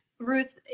Ruth